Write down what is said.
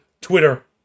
Twitter